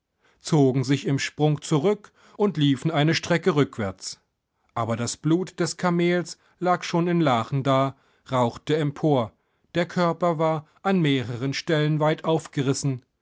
zogen sich im sprung zurück und liefen eine strecke rückwärts aber das blut des kamels lag schon in lachen da rauchte empor der körper war an mehreren stellen weit aufgerissen